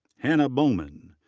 hannah bowman.